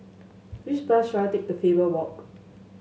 which bus should I take to Faber Walk